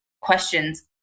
questions